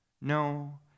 no